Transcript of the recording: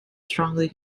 strongly